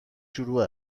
شروع